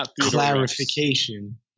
clarification